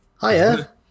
Hiya